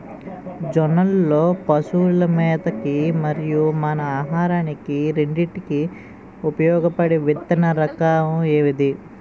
జొన్నలు లో పశువుల మేత కి మరియు మన ఆహారానికి రెండింటికి ఉపయోగపడే విత్తన రకం ఏది?